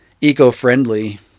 eco-friendly